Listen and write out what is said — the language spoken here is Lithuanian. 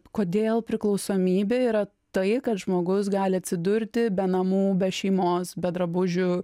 kodėl priklausomybė yra tai kad žmogus gali atsidurti be namų be šeimos be drabužių